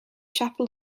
chapel